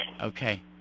okay